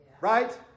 Right